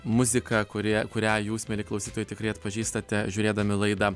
muzika kurie kurią jūs mieli klausytojai tikrai atpažįstate žiūrėdami laidą